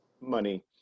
money